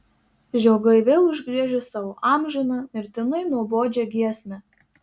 žiogai vėl užgriežė savo amžiną mirtinai nuobodžią giesmę